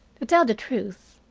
to tell the truth,